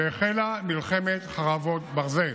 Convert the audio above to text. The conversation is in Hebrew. והחלה מלחמת חרבות ברזל.